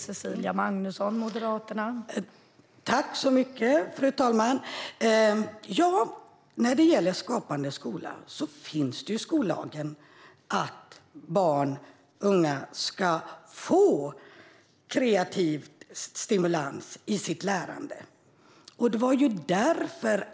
Fru talman! När det gäller Skapande skola står det i skollagen att barn och unga ska få kreativ stimulans i sitt lärande.